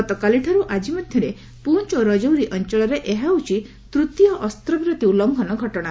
ଗତକାଲିଠାରୁ ଆଜି ମଧ୍ୟରେ ପୁଞ୍ଚ ଓ ରାଜୌରୀ ଅଞ୍ଚଳରେ ଏହା ହେଉଛି ତୂତୀୟ ଅସ୍ତ୍ରବିରତି ଉଲ୍ଲଂଘନ ଘଟଣା